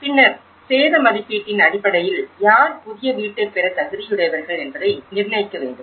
பின்னர் சேத மதிப்பீட்டின் அடிப்படையில் யார் புதிய வீட்டைப் பெற தகுதியுடையவர்கள் என்பதை நிர்ணயிக்க வேண்டும்